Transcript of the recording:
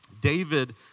David